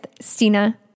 Stina